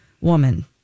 woman